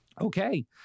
Okay